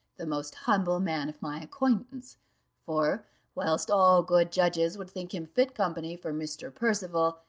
the most humble man of my acquaintance for whilst all good judges would think him fit company for mr. percival,